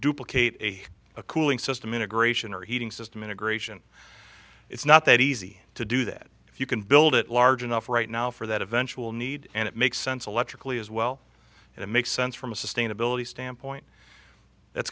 duplicate a cooling system integration or heating system integration it's not that easy to do that if you can build it large enough right now for that eventual need and it makes sense electrically as well and it makes sense from a sustainability standpoint that's